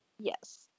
Yes